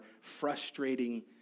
frustrating